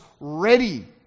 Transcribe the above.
ready